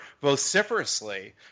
vociferously